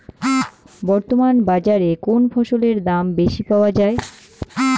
বর্তমান বাজারে কোন ফসলের দাম বেশি পাওয়া য়ায়?